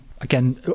again